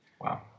Wow